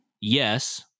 Yes